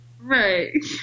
right